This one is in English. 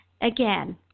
Again